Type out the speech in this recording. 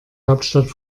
hauptstadt